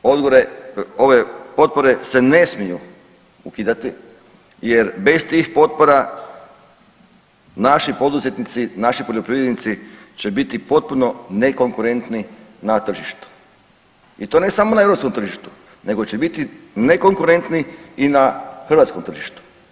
Ove potpore se ne smiju ukidati jer bez tih potpora naši poduzetnici, naši poljoprivrednici će biti potpuno nekonkurentni na tržištu i to ne samo na europskom tržištu nego će biti nekonkurentni i na hrvatskom tržištu.